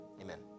Amen